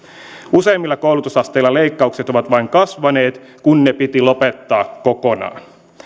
useimmilla koulutusasteilla leikkaukset ovat vain kasvaneet kun ne piti lopettaa kokonaan